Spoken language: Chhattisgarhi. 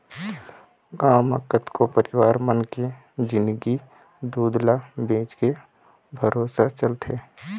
गांव म कतको परिवार मन के जिंनगी दूद ल बेचके भरोसा चलथे